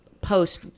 post